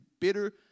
bitter